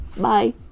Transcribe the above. Bye